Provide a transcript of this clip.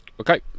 okay